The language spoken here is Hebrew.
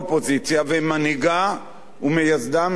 ומנהיגה ומייסדה מנחם בגין,